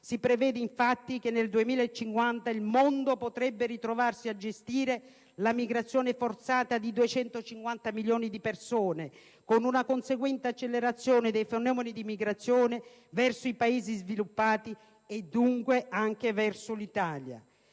si prevede, infatti, che nel 2050 il mondo potrebbe ritrovarsi a gestire la migrazione forzata di 250 milioni di persone, con una conseguente accelerazione dei fenomeni di migrazione verso i Paesi sviluppati, e dunque anche verso l'Italia.